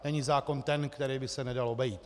Není zákon ten, který by se nedal obejít.